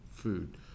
food